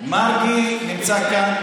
מרגי נמצא כאן,